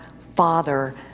Father